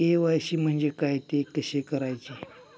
KYC म्हणजे काय? ते कसे करायचे?